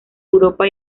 europa